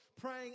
praying